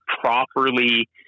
properly